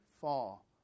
fall